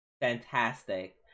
fantastic